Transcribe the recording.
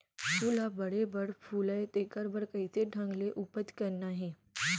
फूल ह बड़े बड़े फुलय तेकर बर कइसे ढंग ले उपज करना हे